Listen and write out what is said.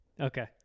Okay